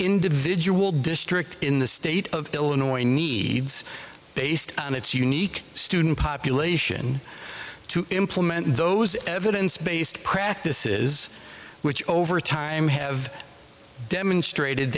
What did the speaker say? individual district in the state of illinois a needs based on its unique student population to implement those evidence based practice is which over time have demonstrated